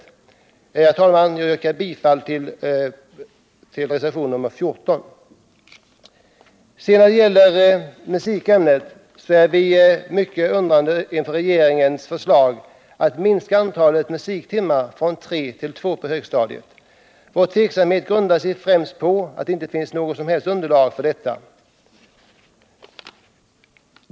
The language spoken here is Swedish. Herr talman! Jag yrkar bifall till reservationen 14. När det gäller musikämnet är vi undrande inför regeringens förslag att minska antalet musiktimmar från tre till två på högstadiet. Vår tveksamhet grundar sig främst på att det inte finns något som helst underlag för en sådan minskning.